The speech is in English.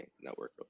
network